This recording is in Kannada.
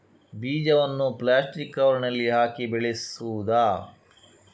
ಬೀಜವನ್ನು ಪ್ಲಾಸ್ಟಿಕ್ ಕವರಿನಲ್ಲಿ ಹಾಕಿ ಬೆಳೆಸುವುದಾ?